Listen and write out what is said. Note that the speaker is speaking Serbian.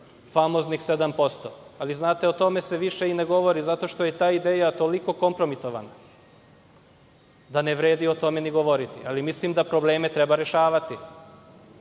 famoznih 7%. Ali, o tome se više i ne govori, zato što je ta ideja toliko kompromitovana da ne vredi o tome ni govoriti. Ali, mislim da probleme treba rešavati. Ako